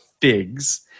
figs